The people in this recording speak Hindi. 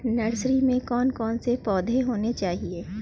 नर्सरी में कौन कौन से पौधे होने चाहिए?